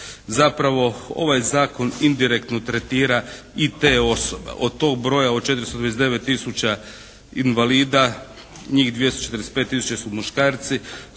Zapravo ovaj Zakon indirektno tretira i te osobe. Od tog broja od 429 tisuća invalida njih 245 tisuća su muškarci,